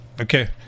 Okay